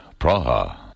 Praha